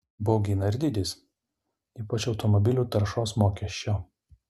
baugina ir dydis ypač automobilių taršos mokesčio